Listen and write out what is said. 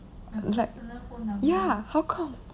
I was like ya how come